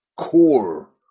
core